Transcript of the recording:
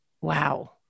Wow